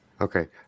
Okay